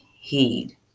heed